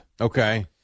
Okay